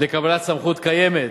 לקבלת סמכות קיימת.